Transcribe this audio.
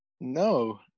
No